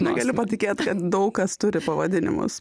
negaliu patikėt kad daug kas turi pavadinimus